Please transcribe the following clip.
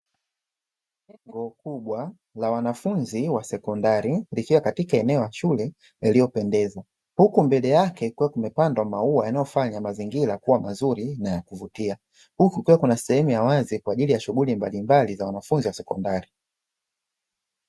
Jengo kubwa la wanafunzi wa sekondari likiwa katika eneo la shule iliyopendeza, huku mbele yake kukiwa kumepandwa maua yanayofanya mazingira kuwa mazuri na ya kuvutia, huku kukiwa kuna sehemu ya wazi kwaajili ya shughuli mbalimbali za wanafunzi wa sekondari.